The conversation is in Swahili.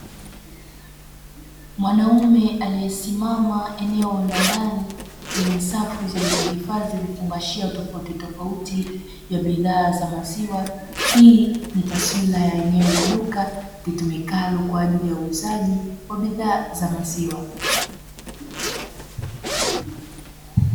Mwanaume aliyesimama eneo la ndani; lenye safu zilizohifadhi vifungashio tofautitofauti vya bidhaa za maziwa. Hii ni taswira ya eneo la duka litumikalo kwa ajili ya uuzaji wa bidhaa za maziwa.